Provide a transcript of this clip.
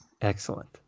Excellent